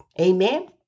Amen